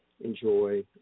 Enjoy